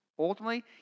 Ultimately